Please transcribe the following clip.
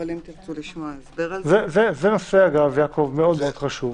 אבל אם תרצו לשמוע הסבר על זה --- זה נושא מאוד-מאוד חשוב.